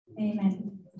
Amen